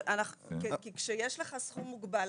כי כשיש לך סכום מוגבל,